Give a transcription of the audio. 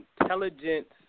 Intelligence